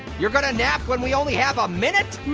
you're gonna nap when we only have a minute?